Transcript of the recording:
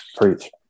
preach